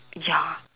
ya